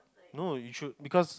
no you should because